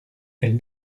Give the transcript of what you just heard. elle